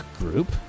group